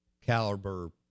caliber